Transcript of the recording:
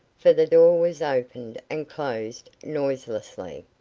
for the door was opened and closed noiselessly.